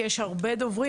כי יש כאן הרבה דוברים.